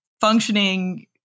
functioning